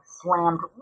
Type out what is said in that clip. slammed